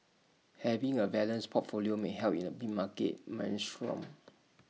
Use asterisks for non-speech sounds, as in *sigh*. having A balanced portfolio may help in A big market maelstrom *noise*